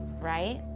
right?